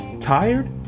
tired